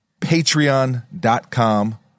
Patreon.com